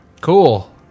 Cool